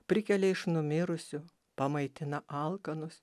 prikelia iš numirusių pamaitina alkanus